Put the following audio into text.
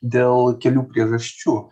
dėl kelių priežasčių